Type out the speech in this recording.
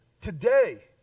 today